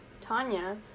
Tanya